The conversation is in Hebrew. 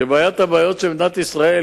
שבעיית הבעיות של מדינת ישראל,